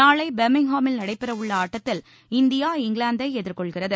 நாளை பெர்கிம்ஹாமில் நடைபெறவுள்ள ஆட்டத்தில் இந்தியா இங்கிலாந்தை எதிர்கொள்கிறது